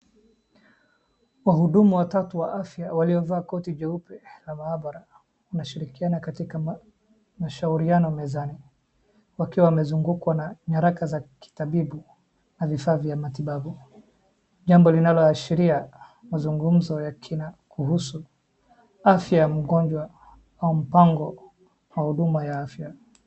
Wahudumu watatu wa afya waliovaa koti jeupe la maabara. Wanashirikiana katika mashauriano mezani. Wakiwa wamezungukwa na nyaraka za kitabibu na vifaa vya matibabu, jambo linaloashiria mazungumzo ya kina kuhusu afya ya mgonjwa au mpango wa huduma ya afya.